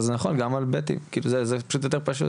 אז זה גם בזה, זה פשוט יותר פשוט.